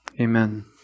amen